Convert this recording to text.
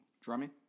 Drumming